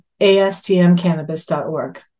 astmcannabis.org